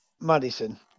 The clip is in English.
Madison